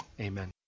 amen